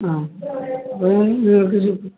ആ അച്ച